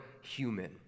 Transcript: human